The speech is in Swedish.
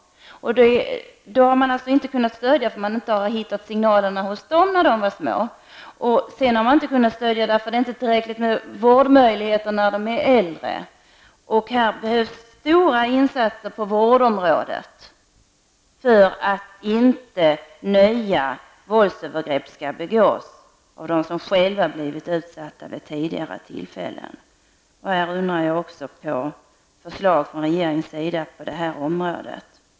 Man har alltså inte kunnat hitta signalerna från dem när de varit små och stödja dessa barn. Det har inte heller funnits tillräckliga vårdmöjligheter för dem när de blivit äldre. Det behövs stora insatser på vårdområdet för att inte nya våldsövergrepp skall begås av dem som själva varit utsatta vid tidigare tillfällen. Jag undrar om det kommer några förslag från regeringen på det här området.